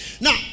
Now